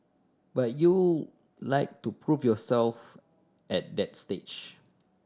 but you like to prove yourself at that stage